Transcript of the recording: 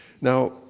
Now